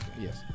Yes